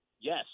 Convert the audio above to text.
yes